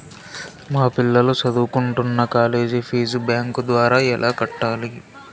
మా పిల్లలు సదువుకుంటున్న కాలేజీ ఫీజు బ్యాంకు ద్వారా ఎలా కట్టాలి?